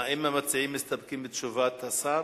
האם המציעים מסתפקים בתשובת השר?